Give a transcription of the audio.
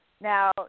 Now